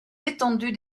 étendue